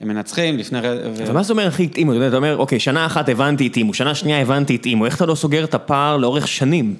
הם מנצחים לפני... ומה זה אומר אחי התאימו, אתה אומר, אוקיי, שנה אחת הבנתי התאימו, שנה שנייה הבנתי התאימו, איך אתה לא סוגר את הפער לאורך שנים?